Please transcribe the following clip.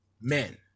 men